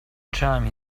time